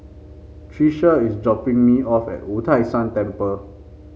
Trisha is dropping me off at Wu Tai Shan Temple